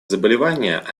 заболевания